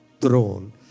throne